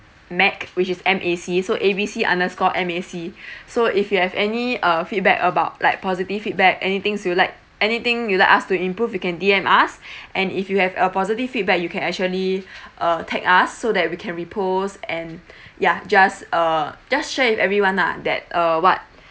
mac which is M A C so A B C underscore M A C so if you have any uh feedback about like positive feedback any things you like anything you like us to improve you can D_M us and if you have a positive feedback you can actually uh tag us so that we can repost and ya just uh just share with everyone lah that uh what